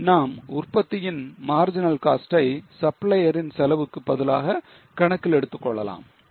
நாம் உற்பத்தியின் marginal cost ஐ supplier ரின் செலவுக்கு பதிலாக கணக்கில் எடுத்துக் கொள்ளலாம் ok